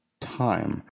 time